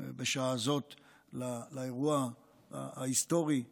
בשעה זאת לאירוע ההיסטורי הזה,